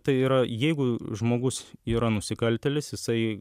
tai yra jeigu žmogus yra nusikaltėlis jisai